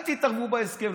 אל תתערבו בהסכם,